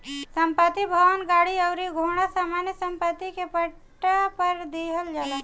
संपत्ति, भवन, गाड़ी अउरी घोड़ा सामान्य सम्पत्ति के पट्टा पर दीहल जाला